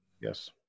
yes